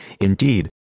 Indeed